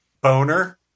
Boner